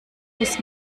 muss